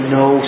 no